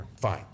fine